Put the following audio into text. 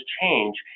change